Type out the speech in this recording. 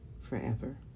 forever